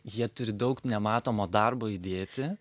jie turi daug nematomo darbo įdėti